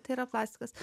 tai yra plastikas